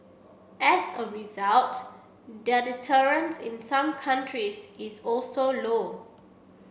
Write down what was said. as a result their deterrence in some countries is also low